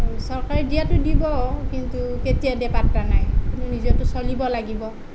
চৰকাৰে দিয়াটো দিব কিন্তু কেতিয়া দিয়ে পাত্তা নাই নিজেতো চলিব লাগিব